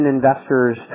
investors